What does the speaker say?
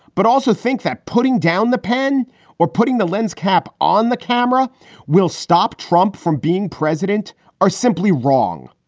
but also think that putting down the pen or putting the lens cap on the camera will stop trump from being president are simply wrong.